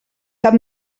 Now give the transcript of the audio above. cap